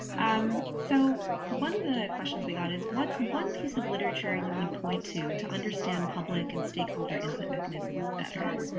um so one of the questions we got is what's one piece of literature you would point to to understand public and stakeholder input mechanisms better?